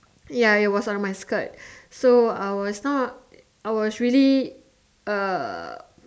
ya it was on my skirt so I was not I was really uh